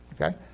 Okay